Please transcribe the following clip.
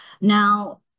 Now